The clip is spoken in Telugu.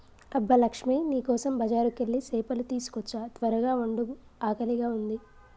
అబ్బ లక్ష్మీ నీ కోసం బజారుకెళ్ళి సేపలు తీసుకోచ్చా త్వరగ వండు ఆకలిగా ఉంది